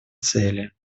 цели